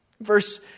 Verse